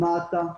מה אתה,